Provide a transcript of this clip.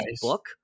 book